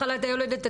מחלת היולדת,